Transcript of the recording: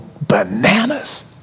bananas